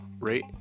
rate